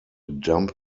dump